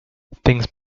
things